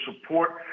support